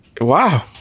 wow